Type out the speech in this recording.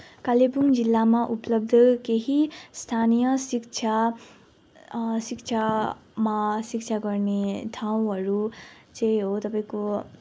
कालिम्पोङ जिल्लामा उपलब्ध केही स्थानीय शिक्षा शिक्षामा शिक्षा गर्ने ठाउँहरू चाहिँ हो तपाईँको